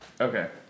Okay